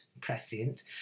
prescient